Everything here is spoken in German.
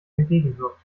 entgegenwirkt